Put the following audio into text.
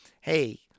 hey